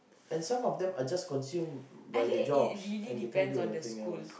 and some of them are just consumed by the jobs and they can't do anything else